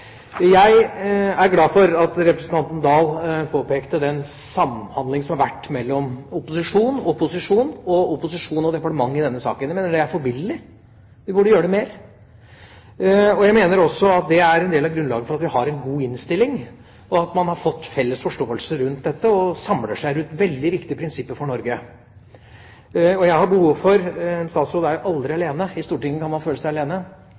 Jeg er glad for at representanten Oktay Dahl påpekte den samhandlingen som har vært mellom opposisjon og posisjon, og mellom opposisjon og departement, i denne saken. Jeg mener det er forbilledlig. Vi burde gjøre det mer. Jeg mener også at det er en del av grunnlaget for at vi har en god innstilling og at man har fått en felles forståelse rundt dette og samler seg rundt veldig viktige prinsipper for Norge. En statsråd er jo aldri alene – i Stortinget kan man føle seg alene